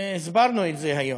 הסברנו את זה היום.